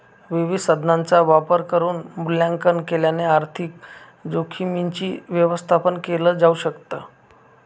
विविध साधनांचा वापर करून मूल्यांकन केल्याने आर्थिक जोखीमींच व्यवस्थापन केल जाऊ शकत